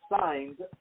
signed